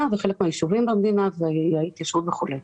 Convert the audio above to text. וחלק מהיישובים במדינה וההתיישבות וכולי.